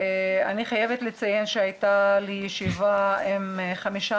אני חייבת לציין שהייתה לי ישיבה עם חמישה